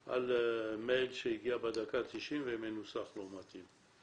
על מייל שהגיע בדקה ה-90 ומנוסח לא מתאים.